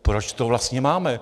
Proč to vlastně máme?